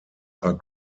are